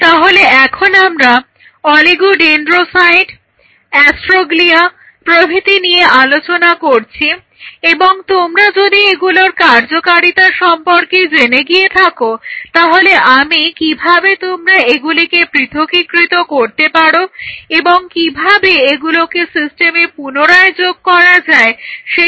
তাহলে এখন আমরা অলিগোডেন্ড্রোসাইট অ্যাস্ট্রোগ্লিয়া প্রভৃতি নিয়ে আলোচনা করছি এবং তোমরা যদি এগুলির কার্যকারিতা সম্পর্কে জেনে গিয়ে থাকো তাহলে আমি কিভাবে তোমরা এগুলিকে পৃথকীকৃত করতে পারো এবং কিভাবে এগুলোকে সিস্টেমে পুনরায় যোগ করা যায় সেই সম্পর্কে আলোচনা শুরু করব